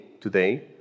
today